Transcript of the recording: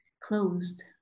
closed